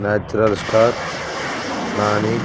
natural star Nani